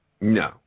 No